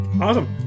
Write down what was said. Awesome